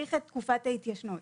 שנאריך את תקופת ההתיישנות.